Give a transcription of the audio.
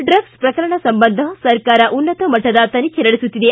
ಡ್ರಗ್ಲ್ ಪ್ರಕರಣ ಸಂಬಂಧ ಸರ್ಕಾರ ಉನ್ನತ ಮಟ್ಟದ ತನಿಖೆ ನಡೆಸುತ್ತಿದೆ